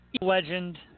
legend